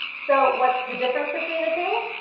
so, what's the difference between the two?